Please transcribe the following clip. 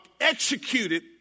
executed